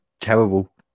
terrible